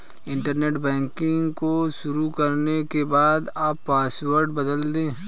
internet banking को शुरू करने के बाद अपना पॉसवर्ड बदल दे